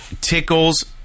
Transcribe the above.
tickles